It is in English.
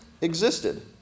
existed